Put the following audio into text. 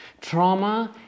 Trauma